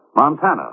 Montana